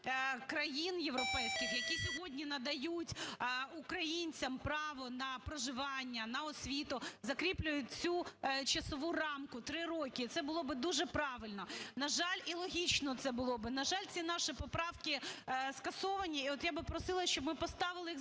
країн європейських, які сьогодні надають українцям право на проживання, на освіту, закріплюють цю часову рамку – три роки. Це було би дуже правильно. На жаль… І логічно це було би. На жаль, ці наші поправки скасовані, і от я би просила, щоб ми поставили їх